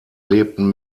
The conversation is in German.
lebten